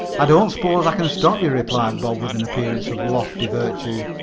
i don't s'pose i can stop you, replied bob, with an appearance of lofty virtue.